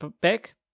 back